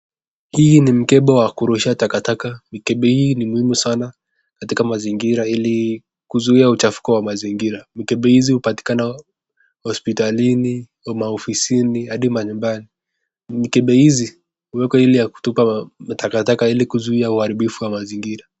Hii ni mkebe wa kurusha takataka, mikebe hii ni muhimu sana katika mazingira, ili kuzuia mchafuko wa mazingira, mkebe hizi hupatikana katika hospitalini kwa maofisini hadi manyumbani, mikebe hizi huekwa ili ya kutupa matakataka ili kuzuia uharibifu wa mazingira.